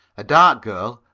a dark girl,